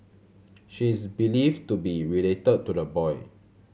she is believed to be related to the boy